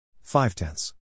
Five-tenths